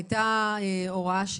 הייתה הוראה,